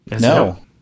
No